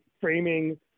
framing